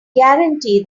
guarantee